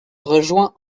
rejoint